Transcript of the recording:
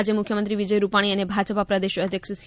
આજે મુખ્યમંત્રી વિજય રૂપાણી અને ભાજપા પ્રદેશ અધ્યક્ષ સી